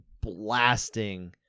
blasting